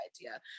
idea